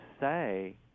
say